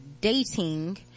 dating